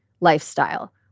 lifestyle